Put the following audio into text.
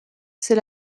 c’est